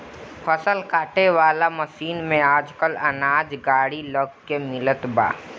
फसल काटे वाला मशीन में आजकल अनाज गाड़ी लग के मिलत बा